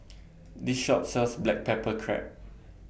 This Shop sells Black Pepper Crab